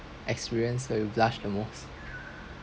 experience that you blush the most